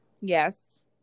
Yes